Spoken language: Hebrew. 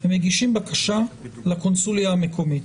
הם מגישים בקשה לקונסוליה המקומית